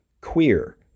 queer